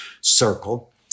circle